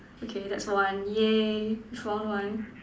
okay that's one !yay! we found one